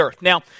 Now